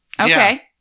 Okay